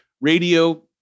radio